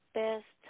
best